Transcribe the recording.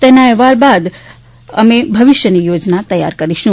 તેના અહેવાલ બાદ અમે ભવિષ્યની યો ના તૈયાર કરીશું